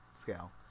scale